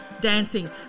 Dancing